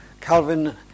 Calvin